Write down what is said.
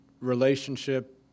relationship